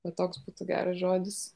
gal toks būtų geras žodis